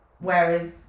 whereas